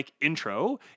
intro